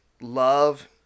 love